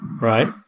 right